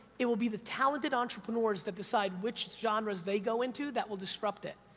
it will be the talented entrepreneurs that decide which genres they go into that will disrupt it.